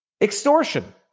Extortion